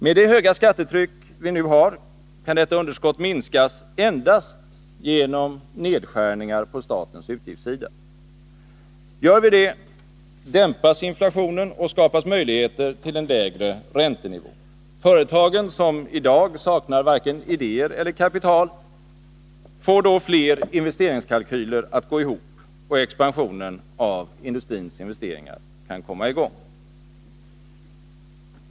Med det höga skattetryck vi nu har kan detta underskott minskas endast genom att vi gör nedskärningar på den statliga utgiftssidan. Gör vi det, dämpas inflationen och skapas det möjligheter till en lägre räntenivå. Företagen, som i dag inte saknar vare sig idéer eller kapital, får då fler investeringskalkyler att gå ihop, och expansionen av industrins investeringar kan komma i gång.